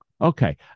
Okay